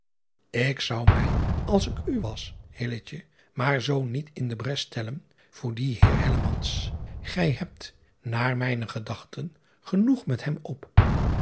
k zou mij als ik u was maar zoo niet in de bres stellen voor dien eer gij hebt naar mijne gedachten genoeg met hem op